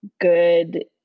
good